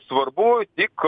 svarbu tik